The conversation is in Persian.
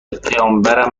پیامبرمم